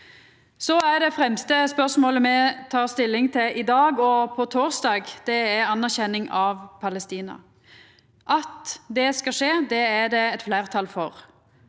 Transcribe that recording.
er. Det fremste spørsmålet me tek stilling til i dag og på torsdag, er anerkjenning av Palestina. At det skal skje, er det eit fleirtal for.